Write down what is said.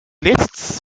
lists